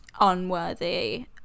unworthy